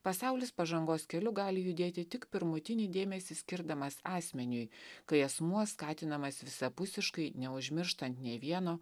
pasaulis pažangos keliu gali judėti tik pirmutinį dėmesį skirdamas asmeniui kai asmuo skatinamas visapusiškai neužmirštant nei vieno